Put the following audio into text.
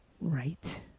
right